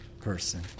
person